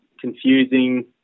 Confusing